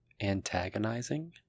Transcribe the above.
antagonizing